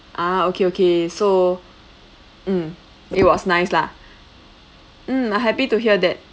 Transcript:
ah okay okay so mm it was nice lah mm uh happy to hear that